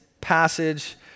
passage